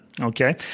Okay